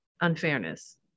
unfairness